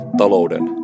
talouden